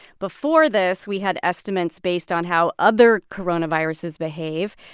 before this, we had estimates based on how other coronaviruses behave.